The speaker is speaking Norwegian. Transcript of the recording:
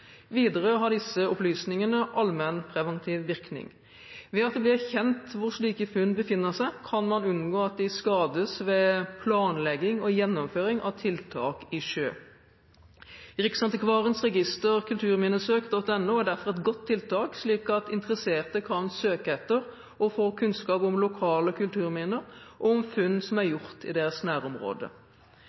har disse opplysningene allmennpreventiv virkning. Ved at det blir kjent hvor slike funn befinner seg, kan man unngå at de skades ved planlegging og gjennomføring av tiltak i sjø. Riksantikvarens register kulturminnesok.no er derfor et godt tiltak, slik at interesserte kan søke etter og få kunnskap om lokale kulturminner og om funn som er gjort i deres nærområde.